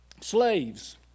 slaves